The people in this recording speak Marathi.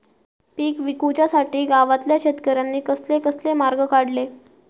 पीक विकुच्यासाठी गावातल्या शेतकऱ्यांनी कसले कसले मार्ग काढले?